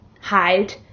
hide